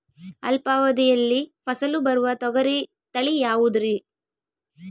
ಅಲ್ಪಾವಧಿಯಲ್ಲಿ ಫಸಲು ಬರುವ ತೊಗರಿ ತಳಿ ಯಾವುದುರಿ?